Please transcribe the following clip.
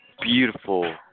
beautiful